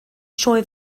sioe